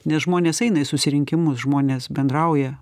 nes žmonės eina į susirinkimus žmonės bendrauja